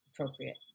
appropriate